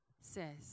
says